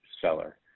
seller